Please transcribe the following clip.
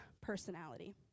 personality